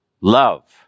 love